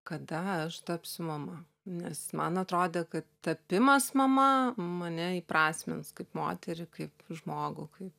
kada aš tapsiu mama nes man atrodė kad tapimas mama mane įprasmins kaip moterį kaip žmogų kaip